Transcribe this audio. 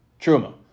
truma